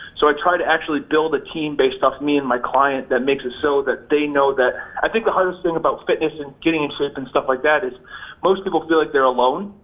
so i try to actually build a team based off me and my client that makes it so that they know that. i think the hardest thing about fitness and getting in shape and stuff like that, is most people feel like they're alone.